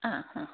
ആ ആ